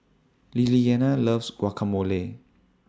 Lilliana loves Guacamole